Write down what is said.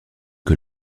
que